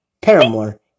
paramore